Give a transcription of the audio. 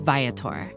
Viator